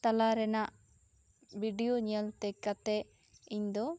ᱛᱟᱞᱟ ᱨᱮᱱᱟᱜ ᱵᱤᱰᱤᱭᱳ ᱧᱮᱞ ᱛᱮ ᱠᱟᱛᱮᱜ ᱤᱧ ᱫᱚ